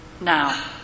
now